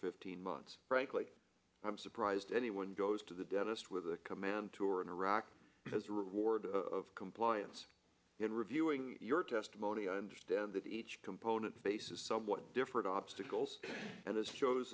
fifteen months frankly i'm surprised anyone goes to the dentist with a command tour in iraq as a reward of compliance in reviewing your testimony i understand that each component faces somewhat different obstacles and has cho